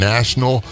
National